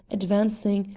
advancing,